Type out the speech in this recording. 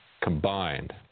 combined